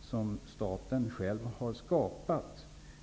som staten själv har skapat.